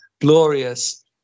glorious